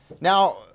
Now